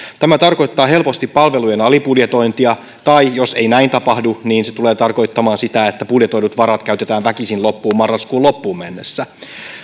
tämä tarkoittaa helposti palvelujen alibudjetointia tai jos ei näin tapahdu niin se tulee tarkoittamaan sitä että budjetoidut varat käytetään väkisin loppuun marraskuun loppuun mennessä